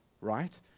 right